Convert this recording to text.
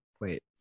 wait